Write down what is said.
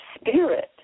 spirit